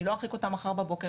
אני לא ארחיק אותן מחר בבוקר,